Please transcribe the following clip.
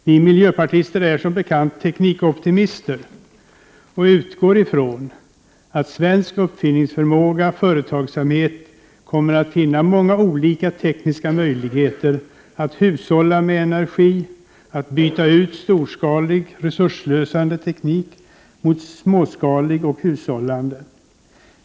Vi miljöpartister är som bekant teknikoptimister och utgår ifrån att svensk uppfinningsförmåga och företagsamhet kommer att finna många olika tekniska möjligheter att hushålla med energi, att byta ut storskalig, resursslösande teknik mot småskalig och hushållande.